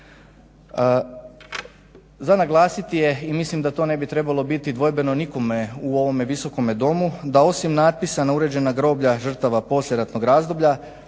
Za naglasiti je i mislim da to ne bi trebalo biti dvojbeno nikome u ovom Visokom domu da osim natpisa na uređena groblja žrtava poslijeratnog razdoblja